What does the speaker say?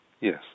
yes